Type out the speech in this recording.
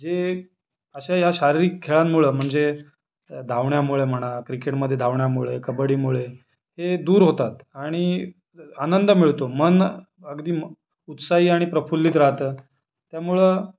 जे अशा या शारीरिक खेळांमुळं म्हणजे धावण्यामुळे म्हणा क्रिकेटमध्ये धावण्यामुळे कबडीमुळे हे दूर होतात आणि आनंद मिळतो मन अगदी म उत्साही आणि प्रफुल्लित राहातं त्यामुळं